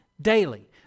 daily